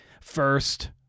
First